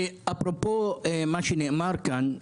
אפרופו מה שנאמר כאן,